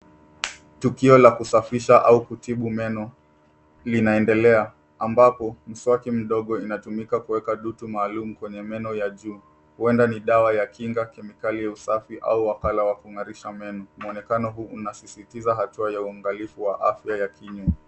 Tukio la kusafisha au kutibu meno linaendelea ambapo mswaki mdogo inatumika kuweka kitu maalum kwenye meno ya juu huenda ni dawa ya kinga, kemikali ya usafi au wakala wa kung'arisha meno. Mwonekano huu unasisitiza hatua ya uangalifu wa afya ya kinywa.